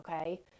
okay